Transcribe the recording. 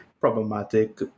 problematic